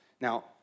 Now